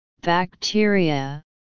bacteria